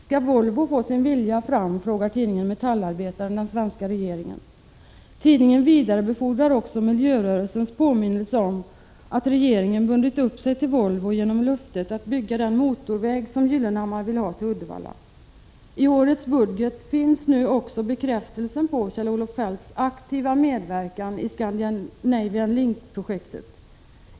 Skall Volvo få sin vilja fram, frågar tidningen Metallarbetaren den svenska regeringen. Tidningen vidarebefordrar också miljörörelsens påminnelse om att regeringen bundit upp sig till Volvo genom löftet att bygga den motorväg som Gyllenhammar vill ha till Uddevalla. I årets budget finns också bekräftelsen på Kjell-Olof Feldts aktiva medverkan i Scandinavian Linkprojektet.